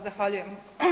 Zahvaljujem.